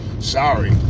sorry